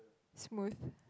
smooth